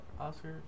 Oscar